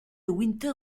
winter